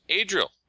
Adriel